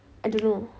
I don't know